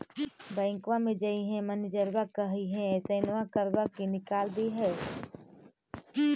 बैंकवा मे जाहिऐ मैनेजरवा कहहिऐ सैनवो करवा के निकाल देहै?